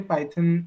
Python